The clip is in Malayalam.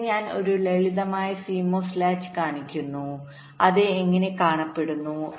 ഇവിടെ ഞാൻ ഒരു ലളിതമായ CMOS ലാച്ച് കാണിക്കുന്നു അത് എങ്ങനെ കാണപ്പെടുന്നു